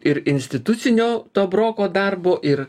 ir institucinio to broko darbo ir